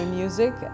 music